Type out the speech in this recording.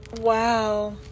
wow